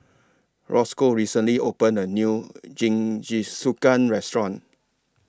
Rosco recently opened A New Jingisukan Restaurant